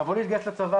לבוא להתגייס לצבא.